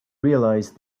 realise